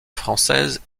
française